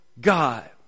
God